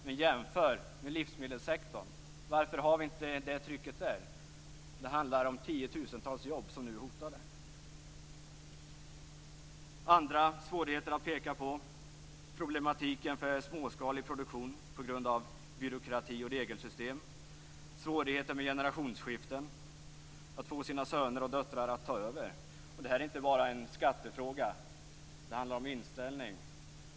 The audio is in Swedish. Men jämför med livsmedelssektorn! Varför har vi inte det trycket där? Det handlar om tiotusentals jobb som nu är hotade. Andra svårigheter att peka på är bl.a. problematiken för småskalig produktion på grund av byråkrati och regelsystem. Det är också svårigheter vid generationsskiften, alltså när det gäller att få sina söner och döttrar att ta över. Det är inte bara en skattefråga. Det handlar om inställning.